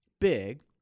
big